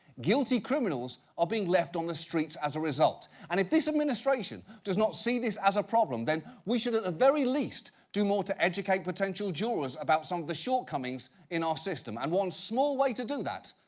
guilty criminals are being left on the streets as a result. and if this administration does not see this as a problem then we should at the very least, do more to educate potential jurors about some of the short comings in our system and one small way to do that,